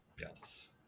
Yes